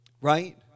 right